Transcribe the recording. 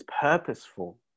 purposeful